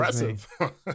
impressive